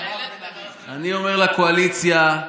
לקואליציה,